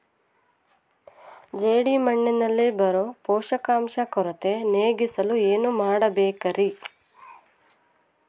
ಜೇಡಿಮಣ್ಣಿನಲ್ಲಿ ಬರೋ ಪೋಷಕಾಂಶ ಕೊರತೆ ನೇಗಿಸಲು ಏನು ಮಾಡಬೇಕರಿ?